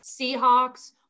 Seahawks